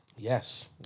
Yes